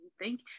thank